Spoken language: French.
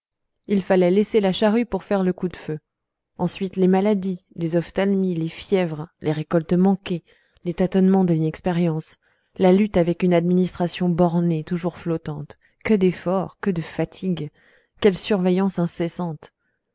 il fallait laisser la charrue pour faire le coup de feu ensuite les maladies les ophtalmies les fièvres les récoltes manquées les tâtonnements de l'inexpérience la lutte avec une administration bornée toujours flottante que d'efforts que de fatigues quelle surveillance incessante